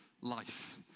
life